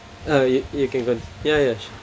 ah you you can con~ ya ya sure